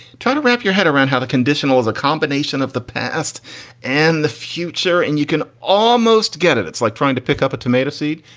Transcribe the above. try to wrap your head around how the conditional is a combination of the past and the future, and you can almost get it. it's like trying to pick up a tomato seed.